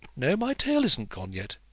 no, my tail isn't gone yet.